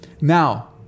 Now